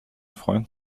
freund